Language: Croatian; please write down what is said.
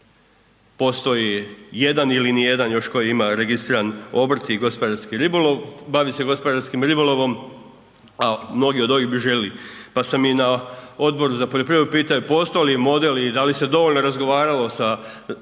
Postoji jedan ili nijedan još tko ima registriran obrt i gospodarski ribolov, bavi se gospodarskim ribolovom, a mnogi od ovih bi željeli. Pa sam i na Odboru za poljoprivredu pitao, postoji li model i da li se dovoljno razgovaralo sa